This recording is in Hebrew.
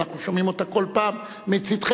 ואנחנו שומעים אותה כל פעם מצדכם.